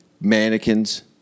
mannequins